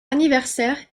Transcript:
anniversaire